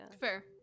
Fair